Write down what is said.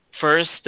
First